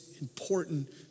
important